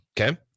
Okay